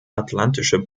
atlantische